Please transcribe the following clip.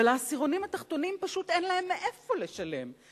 אבל העשירונים התחתונים, פשוט אין להם מאיפה לשלם.